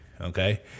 Okay